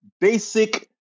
basic